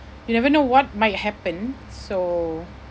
you never know what might happen so